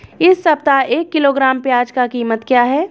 इस सप्ताह एक किलोग्राम प्याज की कीमत क्या है?